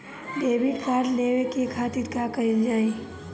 Debit card लेवे के खातिर का कइल जाइ?